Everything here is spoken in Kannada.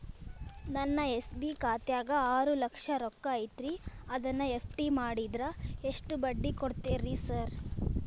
ನನ್ನ ಎಸ್.ಬಿ ಖಾತ್ಯಾಗ ಆರು ಲಕ್ಷ ರೊಕ್ಕ ಐತ್ರಿ ಅದನ್ನ ಎಫ್.ಡಿ ಮಾಡಿದ್ರ ಎಷ್ಟ ಬಡ್ಡಿ ಕೊಡ್ತೇರಿ ಸರ್?